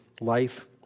life